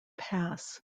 pass